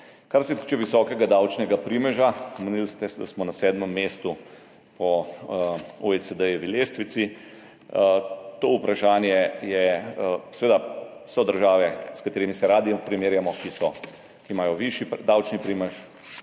Kar se tiče visokega davčnega primeža, omenili ste, da smo na sedmem mestu po lestvici OECD – seveda so države, s katerimi se radi primerjamo, ki imajo višji davčni primež,